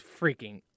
freaking